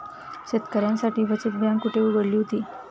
शेतकऱ्यांसाठी बचत बँक कुठे उघडली होती?